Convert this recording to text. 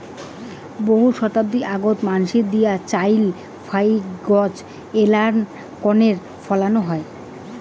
বহু শতাব্দী আগোত মানসি দিয়া চইল ফাইক গছ এ্যালা কণেক ফলানো হয়